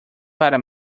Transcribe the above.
para